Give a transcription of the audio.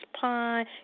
Pine